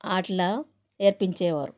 ఆట్లా నేర్పించేవారు